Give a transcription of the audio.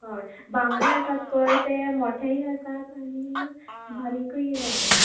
हय बांगडे आसात पळय ते मोठेय आसात आनी बारिकूय आसात